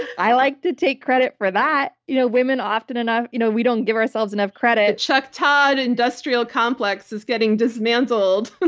i like to take credit for that. you know women, often enough, you know we don't give ourselves enough credit. the chuck todd industrial complex is getting dismantled.